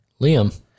Liam